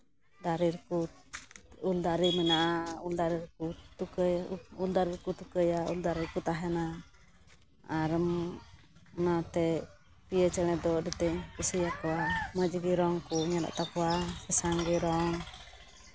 ᱫᱟᱨᱮ ᱨᱮᱠᱚ ᱩᱞ ᱫᱟᱨᱮ ᱢᱮᱱᱟᱜᱼᱟ ᱩᱞ ᱫᱟᱨᱮ ᱨᱮᱠᱚ ᱛᱩᱠᱟᱹᱭᱟ ᱩᱞ ᱫᱟᱨᱮ ᱨᱮᱠᱚ ᱛᱩᱠᱟᱹᱭᱟ ᱩᱞ ᱫᱟᱨᱮ ᱨᱮᱠᱚ ᱛᱟᱦᱮᱱᱟ ᱟᱨ ᱚᱱᱟᱛᱮ ᱯᱤᱭᱳ ᱪᱮᱬᱮ ᱫᱚ ᱟᱹᱰᱤ ᱛᱮᱫ ᱠᱩᱥᱤᱭᱟᱠᱚᱣᱟ ᱢᱚᱡᱽ ᱜᱮ ᱨᱚᱝ ᱠᱚ ᱧᱮᱞᱚᱜ ᱛᱟᱠᱚᱣᱟ ᱥᱟᱥᱟᱝ ᱜᱮ ᱨᱚᱝ